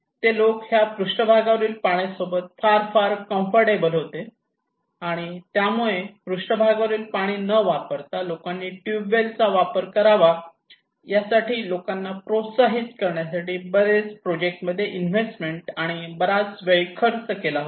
ते लोक ह्या पृष्ठभागावरील पाण्यासोबत फार फार कंफरटेबल होते आणि त्यामुळे पृष्ठभागावरील पाणी न वापरता लोकांनी ट्यूबवेल चा वापर करावा यासाठी या लोकांना प्रोत्साहित करण्यासाठी बरेच प्रोजेक्ट मध्ये इन्व्हेस्टमेंट आणि बराच वेळ खर्च केला होता